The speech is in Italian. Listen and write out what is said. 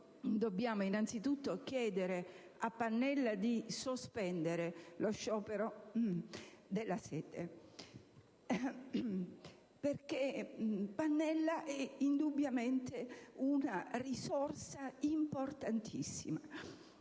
dobbiamo innanzitutto chiedere a Pannella di sospendere lo sciopero della sete: Pannella è indubbiamente una risorsa importantissima